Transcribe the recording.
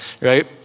right